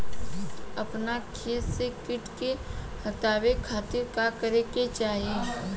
अपना खेत से कीट के हतावे खातिर का करे के चाही?